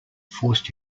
forced